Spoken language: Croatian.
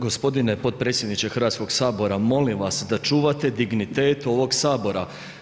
Gospodine potpredsjedniče Hrvatskog sabora molim vas da čuvate dignitet ovog sabora.